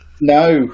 No